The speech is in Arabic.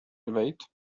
البيت